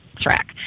track